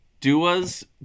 Duas